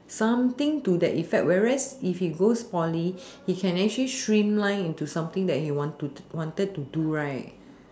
something to that effect whereas if he goes poly he can actually streamline into something that he want to do that he wanted to do right